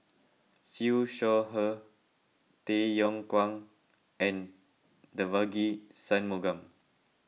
Siew Shaw Her Tay Yong Kwang and Devagi Sanmugam